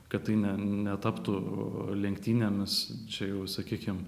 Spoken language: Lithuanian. kad tai ne netaptų lenktynėmis čia jau sakykim